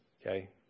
Okay